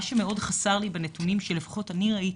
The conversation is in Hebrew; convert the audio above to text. מה שמאוד חסר לי, לפחות בנתונים שאני ראיתי,